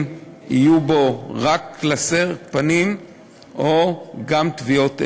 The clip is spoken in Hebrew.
אם יהיה בו רק קלסתר פנים או גם טביעות אצבע.